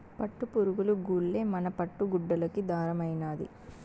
పట్టుపురుగులు గూల్లే మన పట్టు గుడ్డలకి దారమైనాది